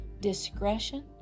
discretion